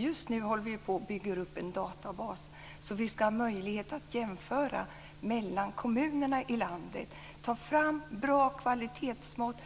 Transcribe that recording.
Just nu håller vi på att bygga upp en databas för att ha möjlighet att kunna jämföra mellan kommunerna i landet, ta fram bra kvalitetsmått,